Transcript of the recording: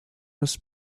was